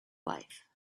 wife